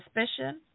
suspicion